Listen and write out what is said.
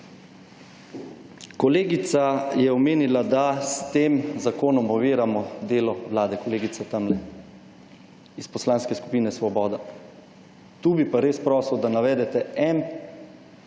Kolegica je omenila, da s tem zakonom oviramo delo Vlade. Kolegica tamle, iz Poslanske skupine Svoboda. Tu bi pa res prosil, da navedete en